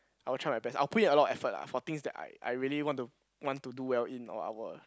I will try my best I will put in a lot effort lah for things that I I really want to want to do well in or I will